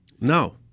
No